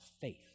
faith